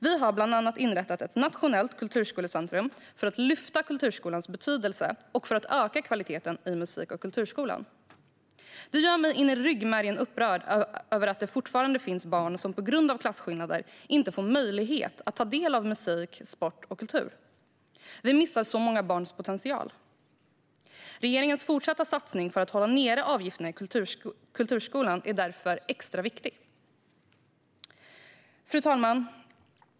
Vi har bland annat inrättat ett nationellt kulturskolecentrum för att lyfta fram kulturskolans betydelse och för att öka kvaliteten i musik och kulturskolan. Det gör mig in i ryggmärgen upprörd att det fortfarande finns barn som på grund av klasskillnader inte får möjlighet att ta del av musik, sport och kultur. Vi missar så många barns potential. Regeringens fortsatta satsning för att hålla nere avgifterna i kulturskolan är därför extra viktig. Fru talman!